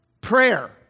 prayer